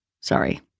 sorry